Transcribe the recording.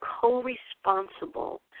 co-responsible